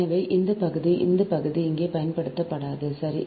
எனவே இந்த பகுதி இந்த பகுதி இங்கே பயன்படுத்தப்படாது சரி